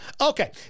Okay